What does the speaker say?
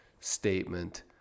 statement